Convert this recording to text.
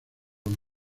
uno